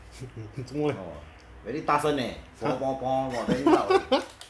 做么 leh !huh!